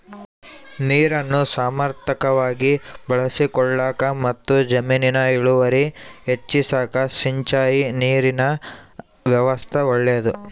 ನೀರನ್ನು ಸಮರ್ಥವಾಗಿ ಬಳಸಿಕೊಳ್ಳಾಕಮತ್ತು ಜಮೀನಿನ ಇಳುವರಿ ಹೆಚ್ಚಿಸಾಕ ಸಿಂಚಾಯಿ ನೀರಿನ ವ್ಯವಸ್ಥಾ ಒಳ್ಳೇದು